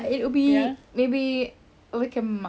I wouldn't say disobedience though